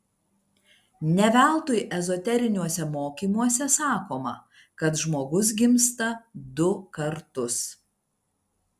ne veltui ezoteriniuose mokymuose sakoma kad žmogus gimsta du kartus